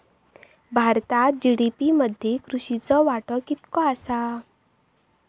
भारतात जी.डी.पी मध्ये कृषीचो वाटो कितको आसा?